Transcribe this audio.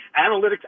Analytics